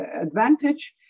advantage